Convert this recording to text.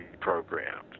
programmed